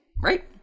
right